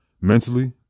mentally